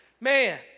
man